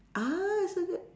ah so that